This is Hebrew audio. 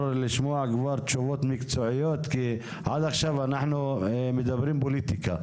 לשמוע כבר תשובות מקצועיות כי עד עכשיו אנחנו מדברים פוליטיקה.